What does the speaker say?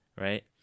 right